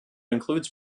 includes